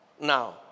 now